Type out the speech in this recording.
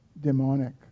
demonic